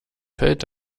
fällt